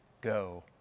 go